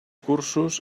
cursos